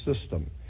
system